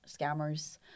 scammers